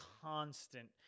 constant